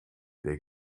der